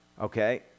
Okay